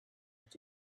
that